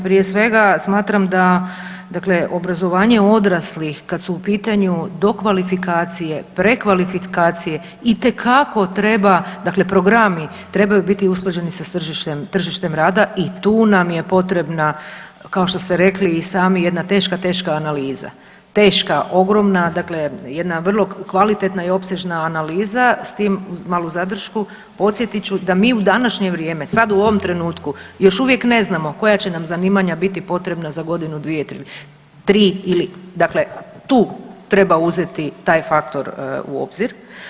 Prije svega smatram da obrazovanje odraslih kada su u pitanju dokvalifikacije, prekvalifikacije itekako treba dakle programi trebaju biti usklađeni sa tržištem rada i tu nam je potrebna kao što ste rekli i sami jedna teška, teška analiza, teška ogromna, dakle jedna vrlo kvalitetna i opsežna analiza, s tim malu zadršku, podsjetit ću da mi u današnje vrijeme sada u ovom trenutku još uvijek ne znamo koja će nam zanimanja biti potrebna za godinu, dvije, tri ili dakle tu treba uzeti taj faktor u obzir.